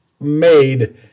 made